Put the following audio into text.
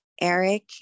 Eric